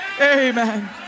Amen